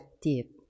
deep